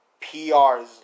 PRs